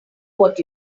what